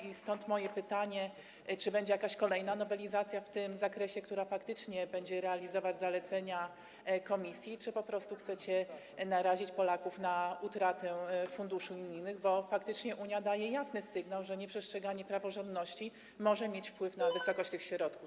I stąd moje pytanie: Czy będzie jakaś kolejna nowelizacja w tym zakresie, która faktycznie będzie realizować zalecenia komisji, czy po prostu chcecie narazić Polaków na utratę funduszy unijnych, bo faktycznie Unia daje jasny sygnał, że nieprzestrzeganie praworządności może mieć wpływ na wysokość tych środków.